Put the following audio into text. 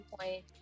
point